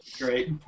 Great